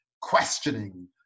questioning